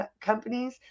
companies